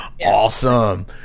awesome